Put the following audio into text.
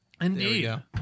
Indeed